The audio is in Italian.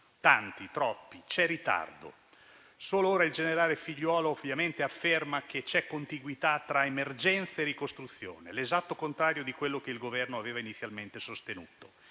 tanti, troppi, c'è ritardo. Solo ora il generale Figliuolo, ovviamente, afferma che c'è contiguità tra emergenza e ricostruzione, l'esatto contrario di quello che il Governo aveva inizialmente sostenuto.